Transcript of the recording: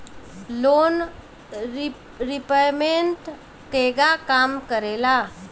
Loan repayment केगा काम करेला?